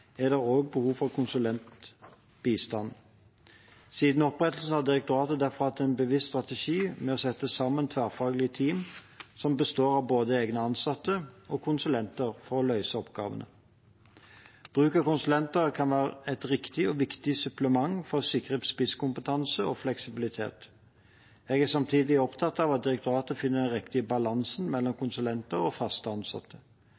er det også behov for konsulentbistand. Siden opprettelsen har direktoratet derfor hatt en bevisst strategi med å sette sammen tverrfaglige team som består av både egne ansatte og konsulenter, for å løse oppgavene. Bruk av konsulenter kan være et riktig og viktig supplement for å sikre spisskompetanse og fleksibilitet. Jeg er samtidig opptatt av at direktoratet finner den riktige balansen mellom konsulenter og fast ansatte.